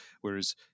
Whereas